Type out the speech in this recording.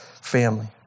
family